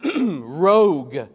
rogue